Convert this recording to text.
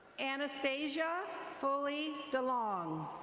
anastasia fully delong.